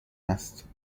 است